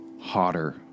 hotter